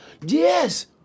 Yes